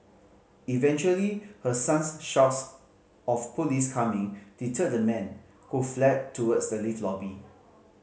eventually her son's shouts of police coming deterred the man who fled towards the lift lobby